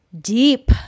deep